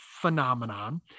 phenomenon